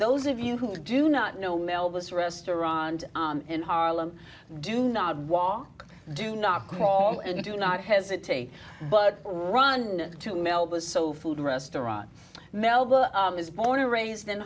those of you who do not know mel this restaurant in harlem do not walk do not call and do not hesitate but run to melba's so food restaurant melba is born and raised in